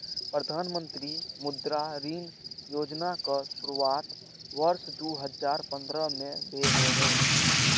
प्रधानमंत्री मुद्रा ऋण योजनाक शुरुआत वर्ष दू हजार पंद्रह में भेल रहै